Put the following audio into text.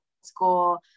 school